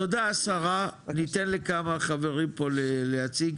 תודה השרה, ניתן לכמה חברים פה להציג.